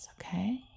okay